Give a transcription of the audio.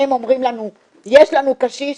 הם אומרים לנו שיש להם קשיש,